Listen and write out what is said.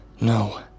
No